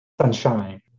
Sunshine